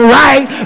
right